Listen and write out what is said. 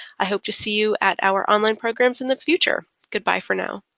i hope to see you at our online programs in the future. goodbye for now.